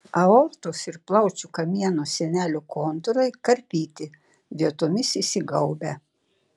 aortos ir plaučių kamieno sienelių kontūrai karpyti vietomis įsigaubę